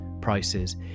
prices